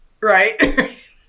Right